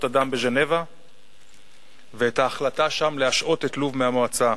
האדם בז'נבה ואת ההחלטה שם להשעות את לוב מהמועצה.